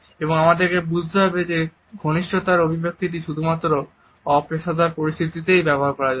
এবং আমাদের বুঝতে হবে যে ঘনিষ্ঠতার অভিব্যক্তিটি শুধুমাত্র অপেশাদার পরিস্থিতিতেই ব্যবহার করা যায়